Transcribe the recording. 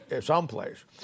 someplace